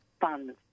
funds